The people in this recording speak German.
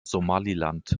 somaliland